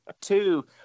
two